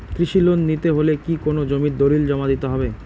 কৃষি লোন নিতে হলে কি কোনো জমির দলিল জমা দিতে হবে?